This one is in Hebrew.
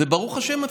וברוך השם,